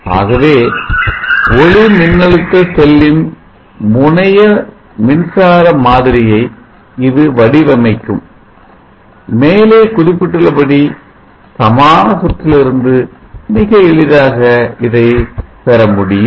ஆகவே ஒளிமின்னழுத்த செல்லின் முன்னைய மின்சார மாதிரியை இது வடிவமைக்கும் மேலே குறிப்பிட்டுள்ள படி சமான சுற்றிலிருந்து மிக எளிதாக இதை பெற முடியும்